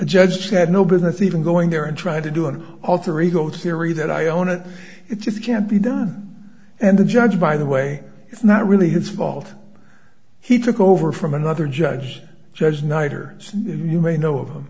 judge had no business even going there and trying to do an alter ego theory that i own it it just can't be done and the judge by the way it's not really his fault he took over from another judge judge knight or you may know of